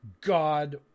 God